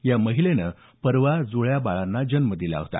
या महिलेनं परवा जुळ्या बाळांना जन्म दिला होता